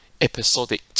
episodic